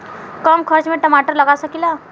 कम खर्च में टमाटर लगा सकीला?